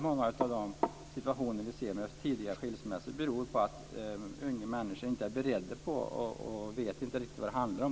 Många av de situationer vi ser med tidiga skilsmässor beror ju på att unga människor inte är beredda på att bli föräldrar. De vet inte vad det handlar om.